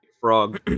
Frog